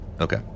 Okay